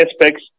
aspects